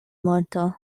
morto